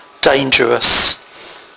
dangerous